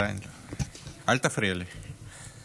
תפריעי לי.